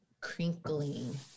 crinkling